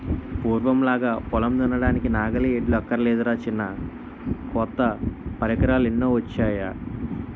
పూర్వంలాగా పొలం దున్నడానికి నాగలి, ఎడ్లు అక్కర్లేదురా చిన్నా కొత్త పరికరాలెన్నొచ్చేయో